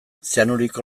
zeanuriko